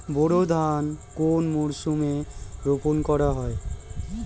বোরো ধান কোন মরশুমে রোপণ করা হয়?